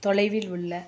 தொலைவில் உள்ள